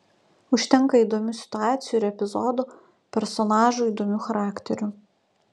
užtenka įdomių situacijų ir epizodų personažų įdomių charakterių